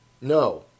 No